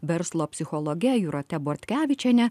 verslo psichologe jūrate bortkevičiene